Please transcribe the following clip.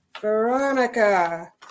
Veronica